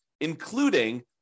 including